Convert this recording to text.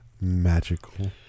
magical